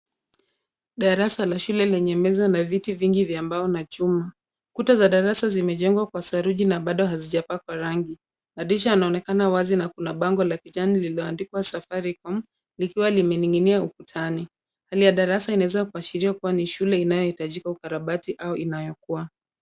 Darasa lenye meza na viti vingi vya mbao na chuma. Kuta za darasa zimejengwa Kwa saruji na bado hazijakapakwa rangi. Madirisha yanaonekana wazi na kuna bango la kijani liloandikwa Safaricom likiwa limening'inia ukutani . Hali ya darasa inaweza kuashiria kuwa ni shule inayohitajika ukarabati au inayokua.